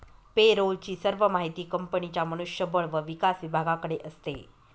पे role ची सर्व माहिती कंपनीच्या मनुष्य बळ व विकास विभागाकडे असते